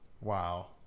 Wow